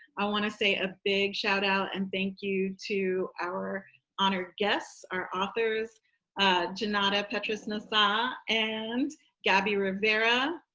i want to say a big shout out and thank you to our honored guests, our authors junauda petrus-nasah and gabby rivera.